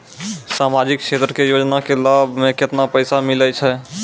समाजिक क्षेत्र के योजना के लाभ मे केतना पैसा मिलै छै?